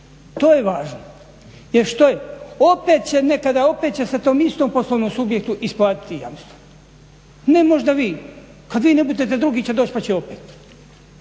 To je važno. Jer što je, opet će nekada, opet će se tom istom poslovnom subjektu isplatiti jamstvo. Ne možda vi, kad vi ne budete drugi će doći pa će opet.